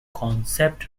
concept